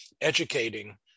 Educating